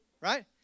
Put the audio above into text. right